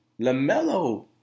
LaMelo